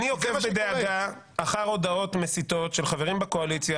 "אני עוקב בדאגה אחר הודעות מסיתות של חברים בקואליציה,